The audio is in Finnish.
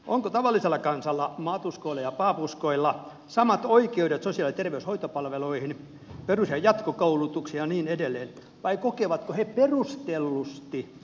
onko tavallisella kansalla maatuskoilla ja baabuskoilla samat oikeudet sosiaali ja terveyshoitopalveluihin perus ja jatkokoulutukseen ja niin edelleen vai kokevatko he perustellusti olevansa syrjittyjä